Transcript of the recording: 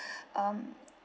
um